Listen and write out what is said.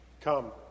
Come